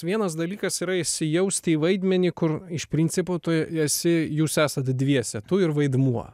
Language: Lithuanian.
vienas dalykas yra įsijausti į vaidmenį kur iš principo tu esi jūs esat dviese tu ir vaidmuo